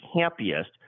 happiest